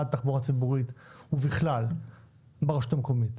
בתחבורה ציבורית ובכלל ברשות המקומית?